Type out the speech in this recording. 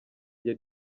njye